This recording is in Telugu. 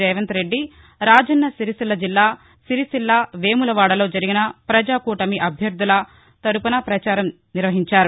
రేవంత్ రెడ్డి రాజన్న సిరిసిల్ల జిల్లా సిరిసిల్ల వేములవాడలలో ప్రజా కూటమి అభ్యర్థుల తరపున పచారం నిర్వహించారు